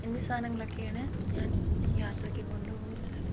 എന്നീ സാധനങ്ങളൊക്കെയാണ് ഞാൻ യാത്രയ്ക്ക് കൊണ്ടുപോകുന്നത്